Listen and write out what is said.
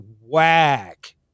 whack